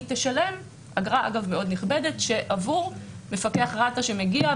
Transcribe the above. היא תשלם אגרה מאוד נכבדת עבור מפקח רת"א שמגיע,